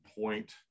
point